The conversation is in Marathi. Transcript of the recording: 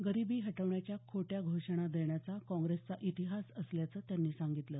गरिबी हटवण्याच्या खोट्या घोषणा देण्याचा काँग्रेसचा इतिहास असल्याचं त्यांनी सांगितलं